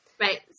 Right